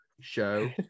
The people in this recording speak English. show